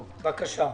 בבקשה.